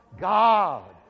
God